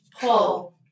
pull